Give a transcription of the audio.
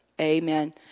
Amen